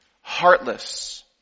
heartless